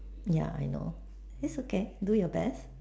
ya I know it's okay do your best